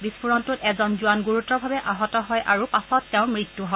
বিস্ফোৰণটোত এজন জোৱান গুৰুতৰভাৱে আহত হয় আৰু পাছত তেওঁৰ মৃত্যু হয়